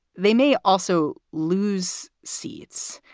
they may also lose seats.